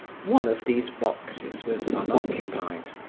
one of these boxes was unoccupied.